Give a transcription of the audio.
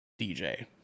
DJ